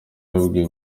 yabwiye